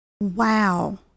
Wow